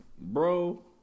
bro